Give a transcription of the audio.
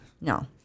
No